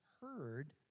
heard